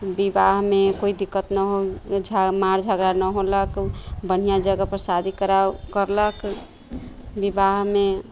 विवाहमे कोइ दिक्कत नहि हो झा मार झगड़ा नहि होयलक बढ़िआँ जगह पर शादी कराओ करलक विवाहमे